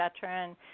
veteran